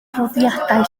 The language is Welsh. adroddiadau